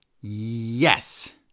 Yes